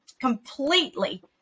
completely